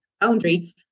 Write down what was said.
boundary